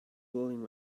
building